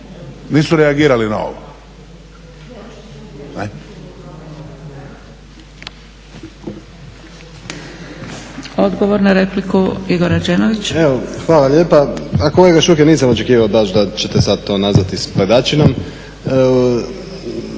nisu reagirali na ovo.